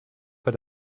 bei